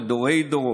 לדורי-דורות.